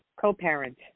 co-parent